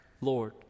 Lord